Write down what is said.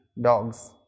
dogs